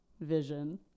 vision